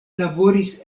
laboris